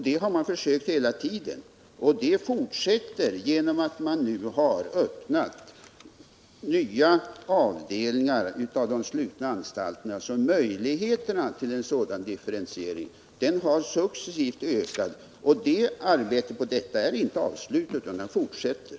Det har man försökt göra hela tiden, och det fortsätter genom att man nu har öppnat nya avdelningar på de slutna anstalterna. Möjligheterna till en sådan differentiering har sålunda successivt ökat. Arbetet på detta är inte avslutat utan det fortsätter.